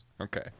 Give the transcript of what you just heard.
Okay